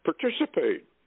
participate